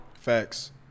Facts